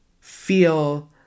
feel